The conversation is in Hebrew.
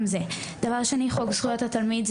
הדבר השני הוא חוק זכויות התלמיד.